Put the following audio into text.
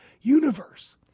universe